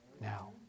now